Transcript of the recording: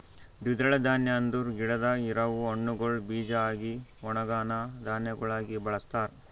ದ್ವಿದಳ ಧಾನ್ಯ ಅಂದುರ್ ಗಿಡದಾಗ್ ಇರವು ಹಣ್ಣುಗೊಳ್ ಬೀಜ ಆಗಿ ಒಣುಗನಾ ಧಾನ್ಯಗೊಳಾಗಿ ಬಳಸ್ತಾರ್